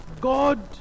God